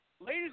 Ladies